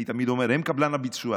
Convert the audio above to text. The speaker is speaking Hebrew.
אני תמיד אומר שהן קבלן הביצוע.